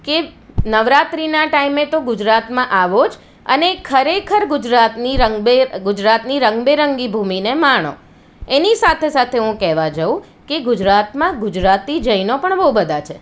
કે નવરાત્રિના ટાઈમે તો ગુજરાતમાં આવો જ અને ખરેખર ગુજરાતની ગુજરાતની રંગબેરંગી ભૂમિને માણો એની સાથે સાથે હું કહેવા જાઉં કે ગુજરાતમાં ગુજરાતી જૈનો પણ બહુ બધા છે